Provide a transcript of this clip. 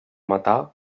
matà